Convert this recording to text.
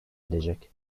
edecek